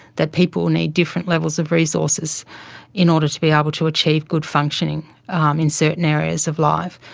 that people need different levels of resources in order to be able to achieve good functioning um in certain areas of life.